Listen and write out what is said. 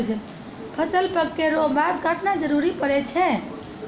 फसल पक्कै रो बाद काटना जरुरी पड़ै छै